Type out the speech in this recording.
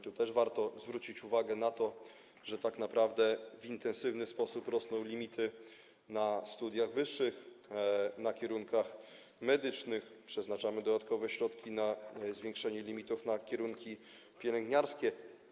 Tu też warto zwrócić uwagę na to, że tak naprawdę w intensywny sposób rosną limity na studiach wyższych na kierunkach medycznych, przeznaczamy dodatkowe środki na zwiększenie limitów na kierunkach pielęgniarskich.